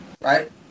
right